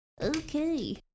Okay